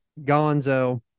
Gonzo